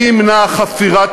מי ימנע חפירת